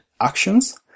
actions